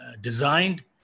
designed